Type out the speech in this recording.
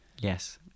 yes